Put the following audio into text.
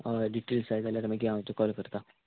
हय डिटेल्स जाय जाल्यार मागीर हांव तुका कॉल करतां